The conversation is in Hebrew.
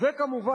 וכמובן,